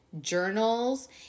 journals